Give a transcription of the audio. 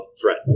threat